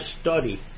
study